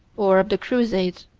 or of the crusades,